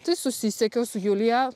tai susisiekiau su julija